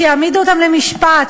שיעמידו אותם למשפט,